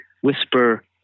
whisper